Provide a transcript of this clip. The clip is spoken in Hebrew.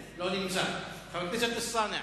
חבר הכנסת ברכה?